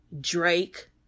Drake